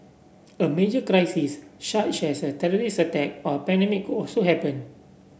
a major crisis such as a terrorist attack or a pandemic could also happen